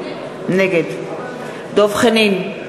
נגד דב חנין,